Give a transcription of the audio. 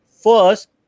first